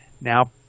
now